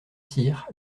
cyr